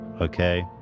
okay